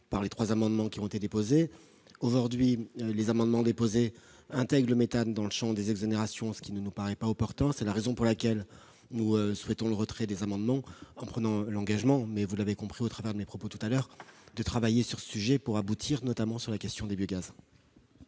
dans les amendements qui ont été déposés. Aujourd'hui, les amendements intègrent le méthane dans le champ des exonérations, ce qui ne nous paraît pas opportun. C'est la raison pour laquelle nous souhaitons le retrait des amendements, en prenant l'engagement- vous l'aurez compris au travers de mes propos antérieurs -de travailler sur ce sujet pour aboutir, notamment sur la question des biogaz.